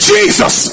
Jesus